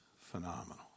phenomenal